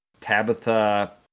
Tabitha